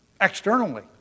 externally